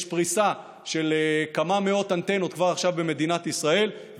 יש פריסה של כמה מאות אנטנות כבר עכשיו במדינת ישראל,